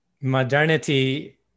Modernity